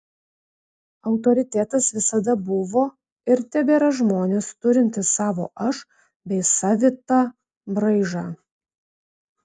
autoritetas visada buvo ir tebėra žmonės turintys savo aš bei savitą braižą